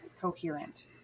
coherent